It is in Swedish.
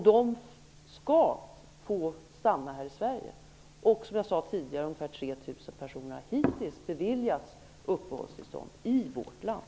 De skall få stanna i Sverige. Som jag sade tidigare har ca 3 000 personer hittills beviljats uppehållstillstånd i vårt land.